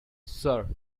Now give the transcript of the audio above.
sir